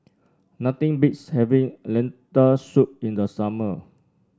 nothing beats having Lentil Soup in the summer